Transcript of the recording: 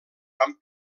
van